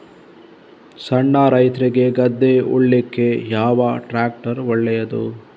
ಸಣ್ಣ ರೈತ್ರಿಗೆ ಗದ್ದೆ ಉಳ್ಳಿಕೆ ಯಾವ ಟ್ರ್ಯಾಕ್ಟರ್ ಒಳ್ಳೆದು?